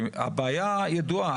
כי הבעיה ידוע.